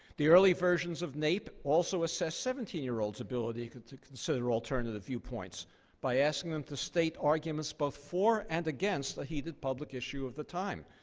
the early versions of naep also assessed seventeen year olds' ability to consider alternative viewpoints by asking them to state arguments both for and against a heated public issue of the time,